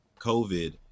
COVID